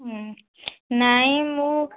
ନାହିଁ ମୁଁ